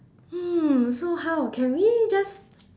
hmm so how can we just